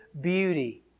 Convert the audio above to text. beauty